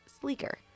sleeker